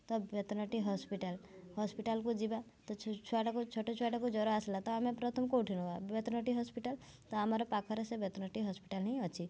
ତ ବେତନଟୀ ହସ୍ପିଟାଲ୍ ହସ୍ପିଟାଲ୍କୁ ଯିବା ତ ଛୁଆଟିକୁ ଛୋଟ ଛୁଆଟିକୁ ଜର ଆସିଲା ତ ଆମେ ପ୍ରଥମେ କୋଉଠି ନେବା ବେତନଟୀ ହସ୍ପିଟାଲ୍ ତ ଆମର ପାଖରେ ସେ ବେତନଟୀ ହସ୍ପିଟାଲ୍ ହିଁ ଅଛି